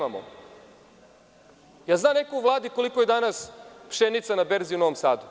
Da li zna neko u Vladi koliko je danas pšenica na berzi u Novom Sadu?